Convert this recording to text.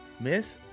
Miss